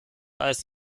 eis